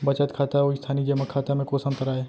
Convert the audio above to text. बचत खाता अऊ स्थानीय जेमा खाता में कोस अंतर आय?